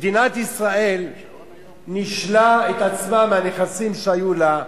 מדינת ישראל נישלה את עצמה מהנכסים שהיו לה,